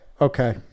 Okay